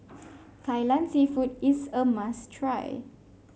Kai Lan seafood is a must try